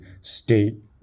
state